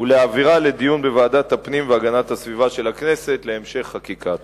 ולהעבירה לדיון בוועדת הפנים והגנת הסביבה של הכנסת להמשך חקיקה.